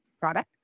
product